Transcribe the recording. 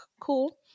cool